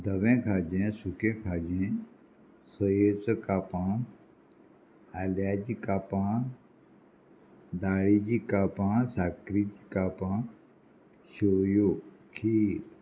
धवें खाजें सुकें खाजें सोयेचो कापां आल्याची कापां दाळीचीं कापां साकरेचीं कापां शोऱ्यो खीर